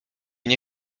nie